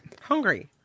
Hungry